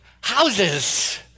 houses